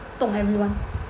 不懂 everyone